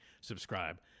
subscribe